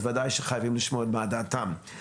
אז וודאי שחייבים לשמוע את דעתם.